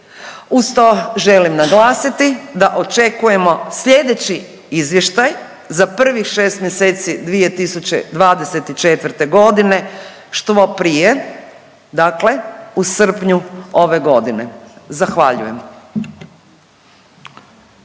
Uz to želim naglasiti da očekujemo slijedeći izvještaj za prvih 6 mjeseci 2024.g. što prije, dakle u srpnju ove godine, zahvaljujem.